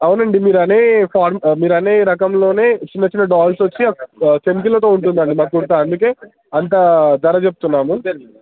అవునండి మీరు అనే మీరు అనే రకంలో చిన్న చిన్న డాల్స్ వచ్చి చమ్కిలతో ఉంటుంది అండి మా కుర్తా అందుకే అంత ధర చెప్తున్నాము